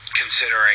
Considering